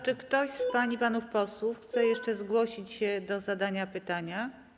Czy ktoś z pań i panów posłów chce jeszcze zgłosić się do zadania pytania?